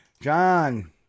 John